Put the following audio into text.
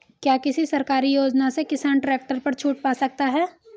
क्या किसी सरकारी योजना से किसान ट्रैक्टर पर छूट पा सकता है?